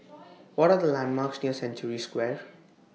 What Are The landmarks near Century Square